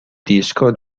disco